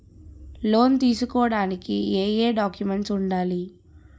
Loan తీసుకోడానికి ఏయే documents వుండాలి?